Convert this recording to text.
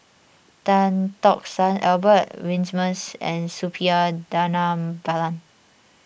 Tan Tock San Albert Winsemius and Suppiah Dhanabalan